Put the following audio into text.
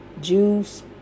juice